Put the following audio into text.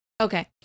Okay